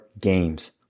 games